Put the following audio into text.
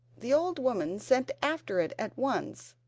the old woman sent after it at once,